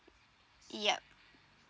yup